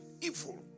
evil